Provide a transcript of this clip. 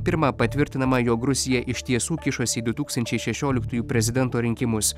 pirma patvirtinama jog rusija iš tiesų kišosi į du tūkstančiai šešioliktųjų prezidento rinkimus